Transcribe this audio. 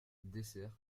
dessert